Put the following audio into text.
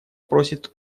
просит